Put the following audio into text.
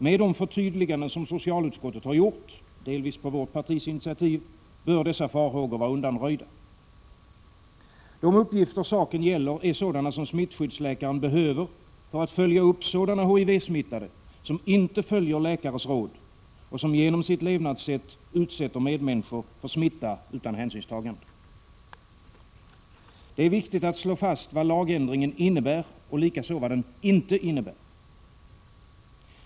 Med de förtydliganden som socialutskottet har gjort, delvis på vårt partis initiativ, bör dessa farhågor vara undanröjda. De uppgifter saken gäller är sådana som smittskyddsläkaren behöver för att följa upp sådana HIV-smittade som inte följer läkares råd och som genom sitt levnadssätt utsätter medmänniskor för smitta utan hänsynstagande. Det är viktigt att slå fast vad lagändringen innebär och likaså vad den inte innebär.